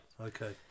Okay